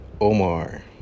omar